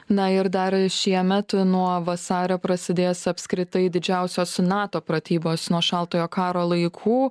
na ir dar šiemet nuo vasario prasidėjęs apskritai didžiausios nato pratybos nuo šaltojo karo laikų